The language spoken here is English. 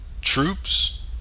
troops